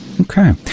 Okay